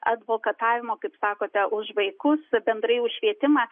advokatavimo kaip sakote už vaikus bendrai už švietimą